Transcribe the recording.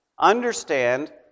Understand